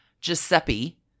Giuseppe